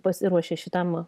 pasiruošė šitam